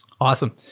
Awesome